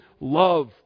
love